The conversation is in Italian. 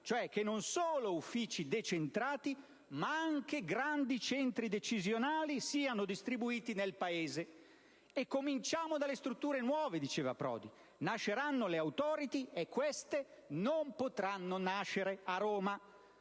cioè che non solo uffici decentrati ma anche grandi centri decisionali sono distribuiti nel Paese. E cominciamo dalle strutture nuove. Nasceranno le *authority* e queste non potranno nascere a Roma.